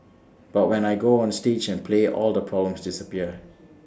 but when I go onstage and play all the problems disappear